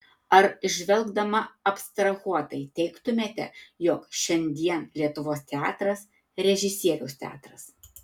ar žvelgdama abstrahuotai teigtumėte jog šiandien lietuvos teatras režisieriaus teatras